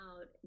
out